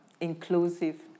inclusive